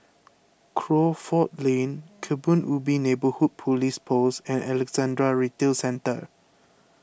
Crawford Lane Kebun Ubi Neighbourhood Police Post and Alexandra Retail Centre